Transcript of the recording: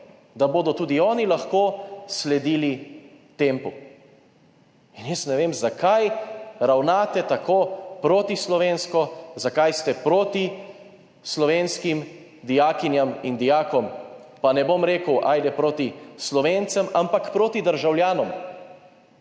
da bodo tudi oni lahko sledili tempu. Ne vem, zakaj ravnate tako protislovensko, zakaj ste proti slovenskim dijakinjam in dijakom, pa ne bom rekel, ajde, proti Slovencem, ampak proti državljanom.